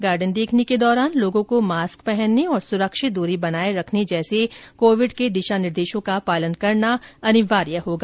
garden देखने के दौरान लोगों को मास्क पहनने और सुरक्षित दूरी बनाए रखने जैसे कोविड के दिशा निर्देशों का पालन करना अनिवार्य होगा